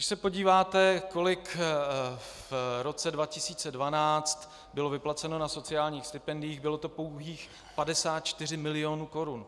Když se podíváte, kolik v roce 2012 bylo vyplaceno na sociálních stipendiích, bylo to pouhých 54 mil. korun.